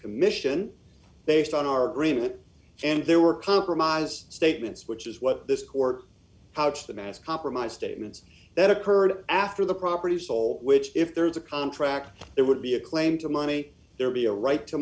commission based on our agreement and there were compromise statements which is what this court house the mass compromise statements that occurred after the property sole which if there is a contract it would be a claim to money there be a right to